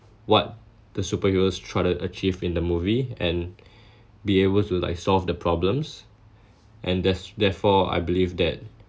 what the superheroes tried to achieve in the movie and be able to like solve the problems and there's therefore I believe that